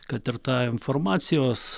kad ir tą informacijos